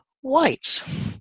whites